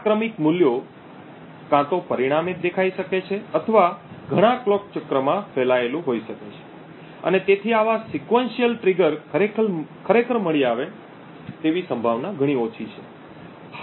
આ ક્રમિક મૂલ્યો કાં તો પરિણામે દેખાઈ શકે છે અથવા ઘણા કલોક ચક્રમાં ફેલાયેલું હોઈ શકે છે અને તેથી આવા અનુક્રમિક ટ્રિગર ખરેખર મળી આવે તેવી સંભાવના ઘણી ઓછી છે